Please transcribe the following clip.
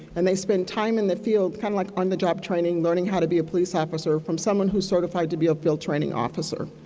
and they spend time in the field, kind of like on-the-job training, learning how to be a police officer from someone who is certified to be a field training officer.